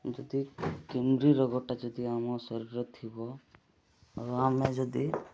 ଯଦି କେମିରି ରୋଗଟା ଯଦି ଆମ ଶରୀରର ଥିବ ଆଉ ଆମେ ଯଦି